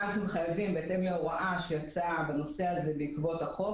בהתאם להוראה שיצאה בעקבות החוק,